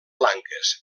blanques